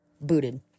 booted